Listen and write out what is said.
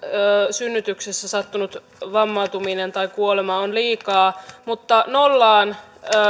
synnytyksessä sattunut vammautuminen tai kuolema on liikaa mutta nollaan